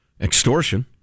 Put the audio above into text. Extortion